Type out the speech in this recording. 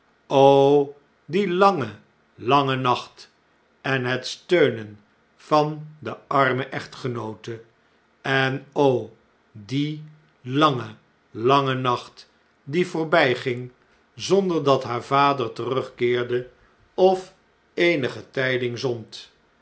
die lange lange nacht en het steunen van de arme echtgenoote en o die lange lange nacht die voorbijging zonder dat haar vader terugkeerde of eenige tiding zond